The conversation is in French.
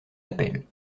appel